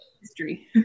history